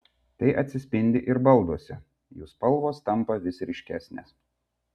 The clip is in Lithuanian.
tai atsispindi ir balduose jų spalvos tampa vis ryškesnės